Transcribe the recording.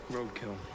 Roadkill